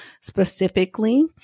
specifically